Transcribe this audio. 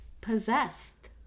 possessed